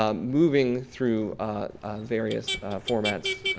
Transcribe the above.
um moving through various formats,